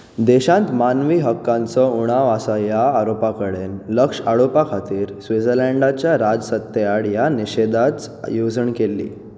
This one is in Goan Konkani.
देशांत मानवी हक्कांचो उणाव आसा ह्या आरोपा कडेन लक्ष ओडपा खातीर स्वाझीलँडाच्या राजसत्ते आड ह्या निशेधान येवजण केल्ली